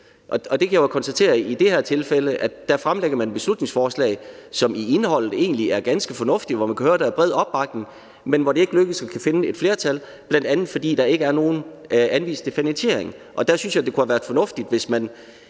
Og jeg kan jo konstatere, at man i det her tilfælde fremlægger et beslutningsforslag, som i indholdet egentlig er ganske fornuftigt, og som man kan høre at der er bred opbakning til, men som det ikke lykkes at finde et flertal for, bl.a. fordi der ikke er anvist nogen finansiering. Der synes jeg, det kunne have været fornuftigt, hvis man